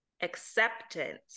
acceptance